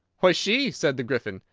why, she, said the gryphon.